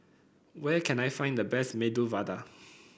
where can I find the best Medu Vada